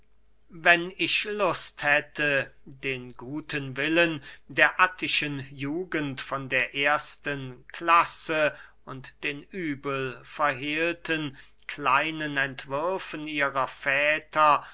wenn ich lust hätte dem guten willen der attischen jugend von der ersten klasse und den übel verhehlten kleinen entwürfen ihrer väter